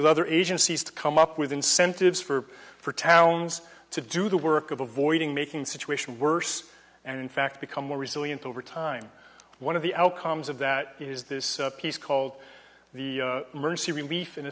with other agencies to come up with incentives for for towns to do the work of avoiding making the situation worse and in fact become more resilient over time one of the outcomes of that is this piece called the emergency relief